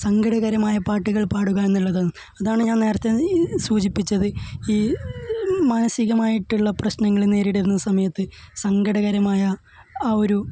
സങ്കടകരമായ പാട്ടുകള് പാടുക എന്നുള്ളതാണ് അതാണ് ഞാന് നേരത്തെ സൂചിപ്പിച്ചത് ഈ മാനസികമായിട്ടുള്ള പ്രശ്നങ്ങളെ നേരിടുന്ന സമയത്ത് സങ്കടകരമായ ആ ഒരു